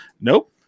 Nope